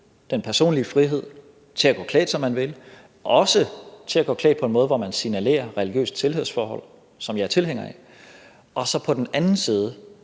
den personlige frihed til at gå klædt, som man vil, også til at gå klædt på en måde, hvor man signalerer et religiøst tilhørsforhold – det er jeg tilhænger af – og så på den anden side